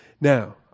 Now